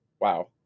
wow